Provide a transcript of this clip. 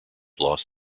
lost